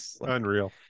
Unreal